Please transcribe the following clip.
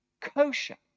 kosher